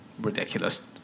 ridiculous